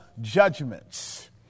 judgments